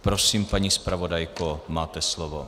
Prosím, paní zpravodajko, máte slovo.